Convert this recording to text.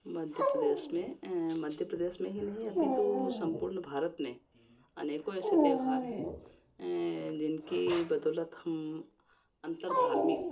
मध्य प्रदेश मध्य प्रदेश में ही नहीं अपितु सम्पूर्ण भारत में अनेकों ऐसे त्योहार हैँ जिनकी बदौलत हम अन्तरधार्मिक